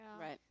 right